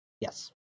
yes